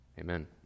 Amen